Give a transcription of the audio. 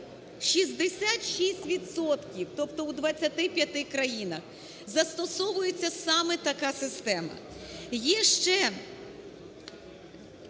тобто у 25 країнах, застосовується саме така система.